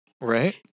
right